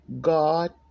God